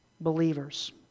Believers